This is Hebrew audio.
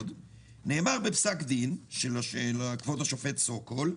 נאמר בפסק דין של כבוד השופט סוקול: